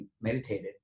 meditated